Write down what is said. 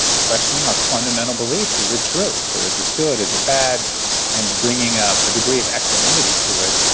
and of questioning our fundamental beliefs. is it true, so is this good? is it bad and bringing up a degree of equanimity to it.